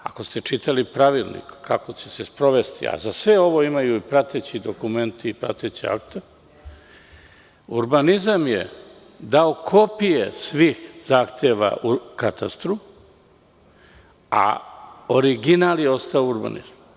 Ako ste čitali Pravilnik kako će se sprovesti, a za sve ovo postoje i prateći dokumenti i prateća akta, urbanizam je dao kopije svih zahteva u katastru, a original je ostao u urbanizmu.